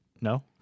No